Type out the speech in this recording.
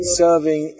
serving